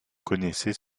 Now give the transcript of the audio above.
connaissez